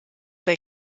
bei